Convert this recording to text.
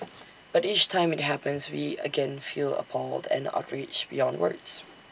but each time IT happens we again feel appalled and outraged beyond words